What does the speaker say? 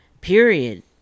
period